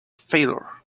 failure